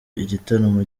igitaramo